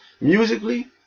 musically